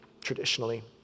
traditionally